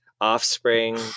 Offspring